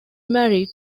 married